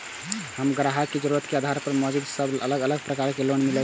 हम ग्राहक के जरुरत के आधार पर मौजूद सब अलग प्रकार के लोन मिल सकये?